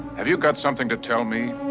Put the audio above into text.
have you got something to tell me?